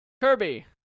Kirby